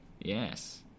Yes